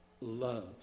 love